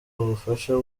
ubufasha